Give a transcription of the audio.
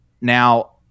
Now